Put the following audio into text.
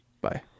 Bye